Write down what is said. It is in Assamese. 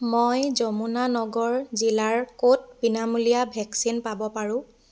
মই যমুনানগৰ জিলাৰ ক'ত বিনামূলীয়া ভেকচিন পাব পাৰোঁ